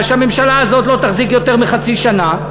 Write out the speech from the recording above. שהממשלה הזאת לא תחזיק יותר מחצי שנה.